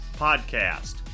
podcast